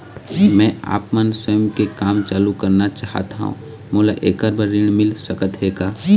मैं आपमन स्वयं के काम चालू करना चाहत हाव, मोला ऐकर बर ऋण मिल सकत हे का?